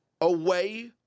away